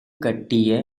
கட்டிய